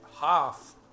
half